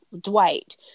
Dwight